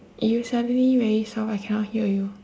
you suddenly very soft I cannot hear you